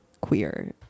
queer